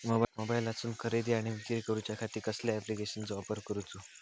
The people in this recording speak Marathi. मोबाईलातसून खरेदी आणि विक्री करूच्या खाती कसल्या ॲप्लिकेशनाचो वापर करूचो?